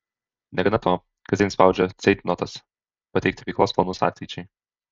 negana to kasdien spaudžia ceitnotas pateikti veiklos planus ateičiai